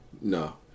No